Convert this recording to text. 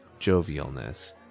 jovialness